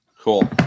Cool